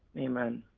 amen.